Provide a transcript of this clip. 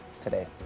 today